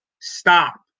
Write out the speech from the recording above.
stop